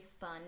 fun